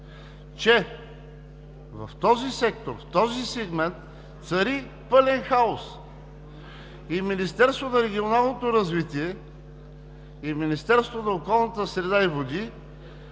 в този сегмент цари пълен хаос. Министерството на регионалното развитие и Министерството на околната среда и водите